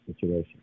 situation